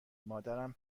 مادرم